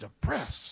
depressed